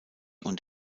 und